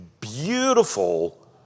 beautiful